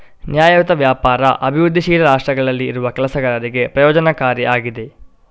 ನ್ಯಾಯಯುತ ವ್ಯಾಪಾರ ಅಭಿವೃದ್ಧಿಶೀಲ ರಾಷ್ಟ್ರಗಳಲ್ಲಿ ಇರುವ ಕೆಲಸಗಾರರಿಗೆ ಪ್ರಯೋಜನಕಾರಿ ಆಗಿದೆ